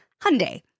Hyundai